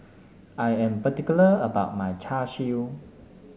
I am particular about my Char Siu